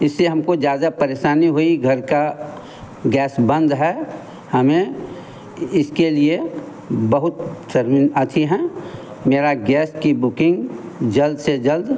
इससे हमको ज़्यादा परेशानी हुई घर का गैस बंद है हमें इसके लिए बहुत आती हैं मेरी गैस की बुकिंग जल्द से जल्द